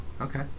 Okay